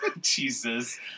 Jesus